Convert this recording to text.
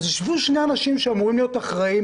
אז ישבו שני האנשים שאמורים להיות אחראים